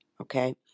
okay